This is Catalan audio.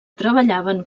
treballaven